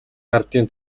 ардын